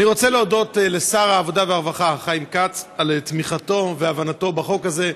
אני רוצה להודות לשר העבודה והרווחה חיים כץ על הבנתו ותמיכתו בחוק הזה,